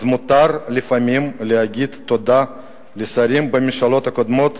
אז מותר לפעמים לומר תודה לשרים בממשלות הקודמות,